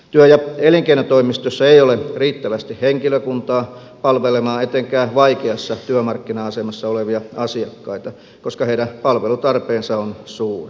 työ ja elinkeinotoimistoissa ei ole riittävästi henkilökuntaa palvelemaan etenkään vaikeassa työmarkkina asemassa olevia asiakkaita koska heidän palvelutarpeensa on suuri